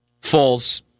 falls